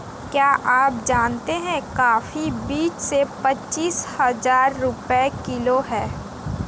क्या आप जानते है कॉफ़ी बीस से पच्चीस हज़ार रुपए किलो है?